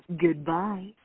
Goodbye